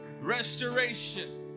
Restoration